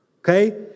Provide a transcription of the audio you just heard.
Okay